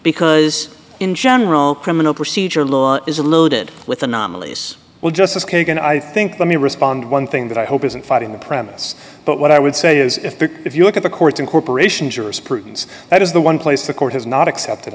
because in general criminal procedure law is a loaded with anomalies well justice kagan i think let me respond one thing that i hope isn't fighting the premise but what i would say is if the if you look at the court's incorporation jurisprudence that is the one place the court has not accepted